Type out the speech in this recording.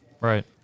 Right